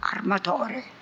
Armatore